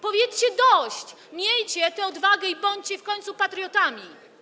Powiedzcie: dość, miejcie tę odwagę i bądźcie w końcu patriotami.